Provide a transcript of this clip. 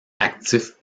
actif